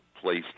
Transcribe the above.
placed